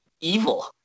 evil